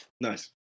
Nice